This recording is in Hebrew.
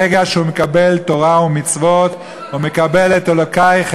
ברגע שהוא מקבל תורה ומצוות ומקבל את אלוקייך,